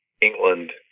England